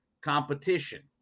competition